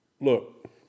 Look